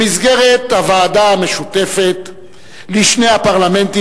במסגרת הוועדה המשותפת לשני הפרלמנטים,